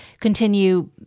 continue